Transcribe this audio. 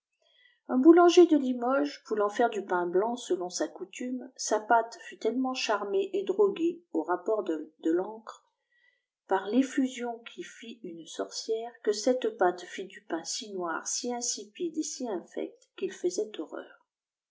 un boulanger de limoges voulant faire du pain blanc selon sa coutume sa pâte fut tellement charmée et droguée au rapport de de lancre par l'effusion qu'y fit une sorcière que cette pâte fit du pain si noir si insipide et si infect qu'il faisait horreur